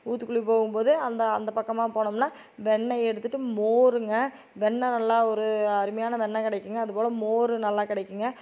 ஊத்துக்குளி போகும்போது அந்த அந்த பக்கமாக போனோம்னா வெண்ணெய் எடுத்துட்டு மோருங்க வெண்ணெய் நல்லா ஒரு அருமையான வெண்ணெய் கிடைக்குங்க அதுபோல் மோர் நல்லா கிடைக்குங்க